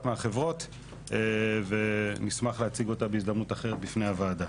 מהחברות ונשמח להציג אותם בהזדמנות לוועדה.